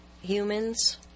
humans